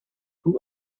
who